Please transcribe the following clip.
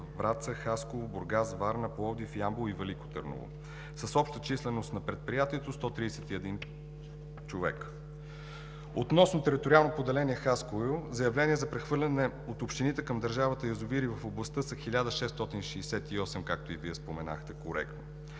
Враца, Хасково, Бургас, Варна, Пловдив, Ямбол и Велико Търново, с обща численост на предприятието 131 човека. Относно Териториално поделение – Хасково, заявления за прехвърляне от общините към държавата язовири в областта са 1668 – както и Вие споменахте коректно.